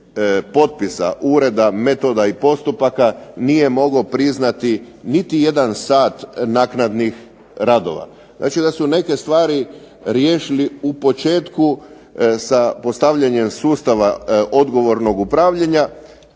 potpisa Ureda metoda i postupaka nije mogao priznati niti jedan sat naknadnih radova. Znači, da su neke stvari riješili u početku sa postavljanjem sustava odgovornog upravljanja